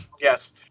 Yes